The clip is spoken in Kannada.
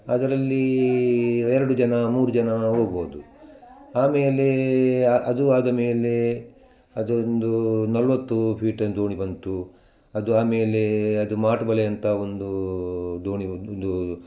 ಅದರಲ್ಲಿ ಎರಡು ಜನ ಮೂರು ಜನ ಹೋಗ್ಬೋದು ಆಮೇಲೆ ಅ ಅದು ಆದ ಮೇಲೆ ಅದೊಂದು ನಲವತ್ತು ಫೀಟಿನ ದೋಣಿ ಬಂತು ಅದು ಆಮೇಲೆ ಅದು ಮಾಟ್ಬಲೆಯಂತ ಒಂದು ದೋಣಿ ಒಂದು